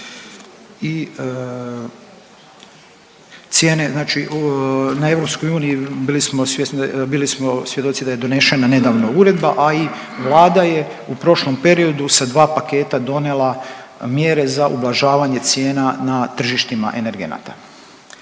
I cijene znači na EU bili smo svjedoci da je donešena nedavno uredba, a i Vlada je u prošlom periodu sa dva paketa donijela mjere za ublažavanje cijena na tržištima energenata.